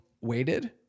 waited